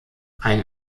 ein